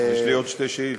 יש לי עוד שתי שאילתות.